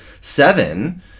seven